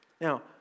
Now